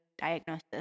diagnosis